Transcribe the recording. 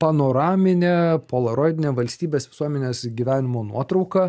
panoraminė polaroidinė nevalstybės visuomenės gyvenimo nuotrauka